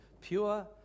pure